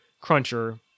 cruncher